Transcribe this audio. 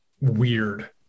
weird